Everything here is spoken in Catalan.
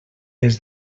des